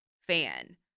fan